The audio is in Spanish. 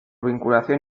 vinculación